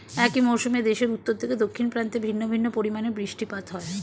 একই মরশুমে দেশের উত্তর থেকে দক্ষিণ প্রান্তে ভিন্ন ভিন্ন পরিমাণে বৃষ্টিপাত হয়